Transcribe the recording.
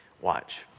Watch